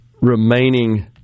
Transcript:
remaining